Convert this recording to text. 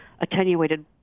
attenuated